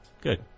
good